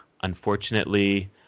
unfortunately